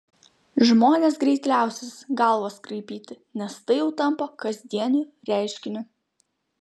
žmonės greit liausis galvas kraipyti nes tai jau tampa kasdieniu reiškiniu